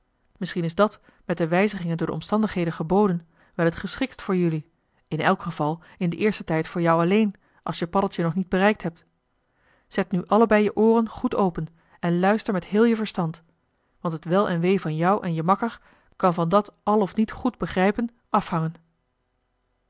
misschien is dat met de wijzigingen door de omstandigheden geboden wel t geschiktst voor jelui in elk geval in den eersten tijd voor jou alleen als je paddeltje nog niet bereikt hebt zet nu allebei je ooren goed open en luister met heel je verstand want het wel en wee van jou en je makker kan van dat al of niet goed begrijpen afhangen